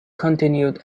continued